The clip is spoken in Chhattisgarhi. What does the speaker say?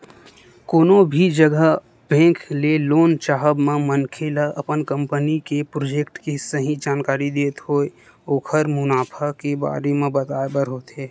कोनो भी जघा बेंक ले लोन चाहब म मनखे ल अपन कंपनी के प्रोजेक्ट के सही जानकारी देत होय ओखर मुनाफा के बारे म बताय बर होथे